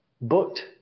booked